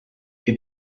que